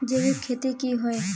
जैविक खेती की होय?